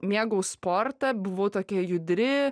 mėgau sportą buvau tokia judri